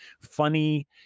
funny